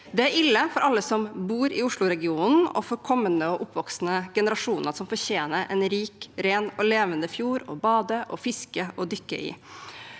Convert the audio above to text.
Det er ille for alle som bor i Osloregionen, og for kommende og oppvoksende generasjoner, som fortjener en rik, ren og levende fjord å bade, fiske og dykke i.